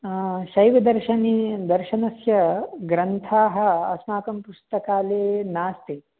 शैवदर्शने दर्शनस्य ग्रन्थाः अस्माकं पुस्तकालये नास्ति